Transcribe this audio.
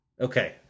Okay